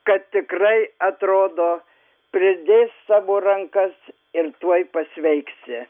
kad tikrai atrodo pridės savo rankas ir tuoj pasveiksi